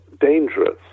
dangerous